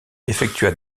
effectua